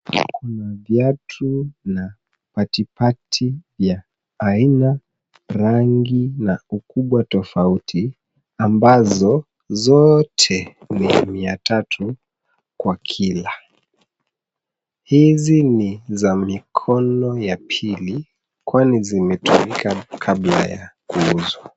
Kuna viatu na patipati ya aina , rangi na ukubwa tofauti, ambazo zote ni mia tatu kwa kila. Hizi ni za mikono ya pili, kwani zimetumika kabla ya kuuza.